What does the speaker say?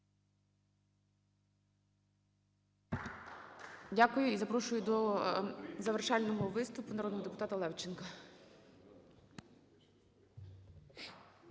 Дякую. І запрошую до завершального виступу народного депутата Левченка.